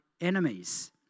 enemies